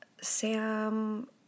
Sam